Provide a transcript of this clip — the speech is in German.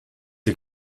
die